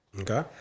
Okay